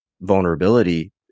vulnerability